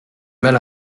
mel